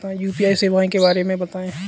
UPI सेवाओं के बारे में बताएँ?